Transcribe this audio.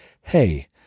hey